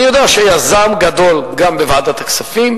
אני יודע שהיה זעם גדול גם בוועדת הכספים.